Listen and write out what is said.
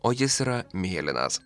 o jis yra mėlynas